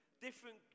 different